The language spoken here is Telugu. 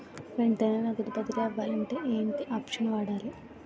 వెంటనే నగదు బదిలీ అవ్వాలంటే ఏంటి ఆప్షన్ వాడాలి?